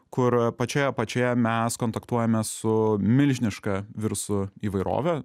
kur pačioje apačioje mes kontaktuojame su milžiniška virusų įvairove